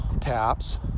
taps